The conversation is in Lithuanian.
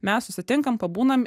mes susitinkam pabūnam